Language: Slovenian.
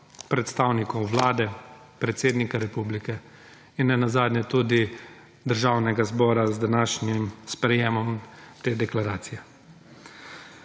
predstavnikov Vlade, predsednika Republike, in nenazadnje tudi Državnega zbora z današnjim sprejemom te Deklaracije.